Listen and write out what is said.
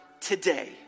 today